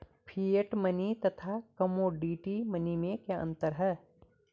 Fiat money तथा commodity money में क्या अंतर है?